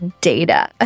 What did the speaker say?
Data